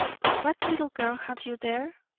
but what little girl have you there?